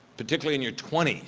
particularly in your twenty s,